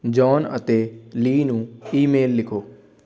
John ਅਤੇ Lee ਨੂੰ email ਲਿਖੋ